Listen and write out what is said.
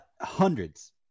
hundreds